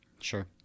Sure